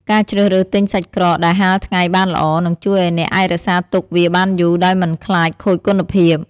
ការជ្រើសរើសទិញសាច់ក្រកដែលហាលថ្ងៃបានល្អ នឹងជួយឱ្យអ្នកអាចរក្សាទុកវាបានយូរដោយមិនខ្លាចខូចគុណភាព។